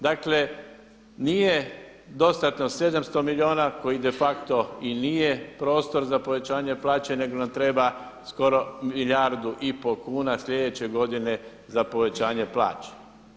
Dakle, nije dostatno 700 milijuna koji de facto i nije prostor za povećanje plaće nego nam treba skoro milijardu i pol kuna sljedeće godine za povećanje plaće.